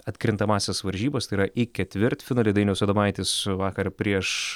atkrintamąsias varžybas tai yra į ketvirtfinalį dainius adomaitis vakar prieš